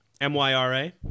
M-Y-R-A